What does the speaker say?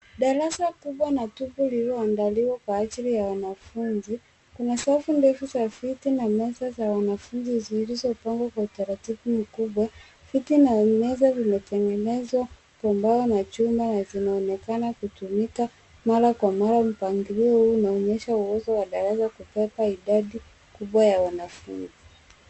Darasa kubwa na tupu lililoandaliwa kwa ajili ya wanafunzi, kuna safu ndefu za viti na meza za wanafunzi zilizopangwa kwa utaratibu mkubwa. Viti na meza zimetengenezwa kwa mbao na chuma na zinaonekana kutumika mara kwa mara, mpangilio huu unaonyesha uwezo wa darasa kubeba idadi kubwa ya wanafunzi.